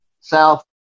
south